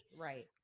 Right